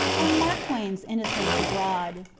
on mark twain's innocents abroad.